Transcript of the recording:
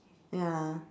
ya